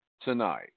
tonight